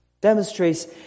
demonstrates